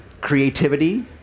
Creativity